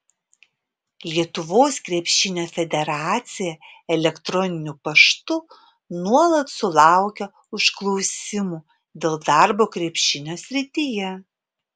lietuvos krepšinio federacija elektroniniu paštu nuolat sulaukia užklausimų dėl darbo krepšinio srityje